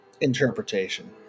interpretation